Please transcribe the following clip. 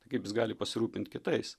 tai kaip jis gali pasirūpint kitais